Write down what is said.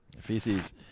Feces